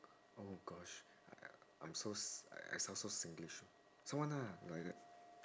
oh gosh I'm so I sound so singlish someone lah like that